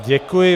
Děkuji.